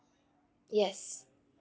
yes